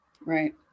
right